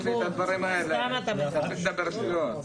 אל תדבר שטויות.